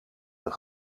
een